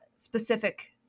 Specific